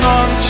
on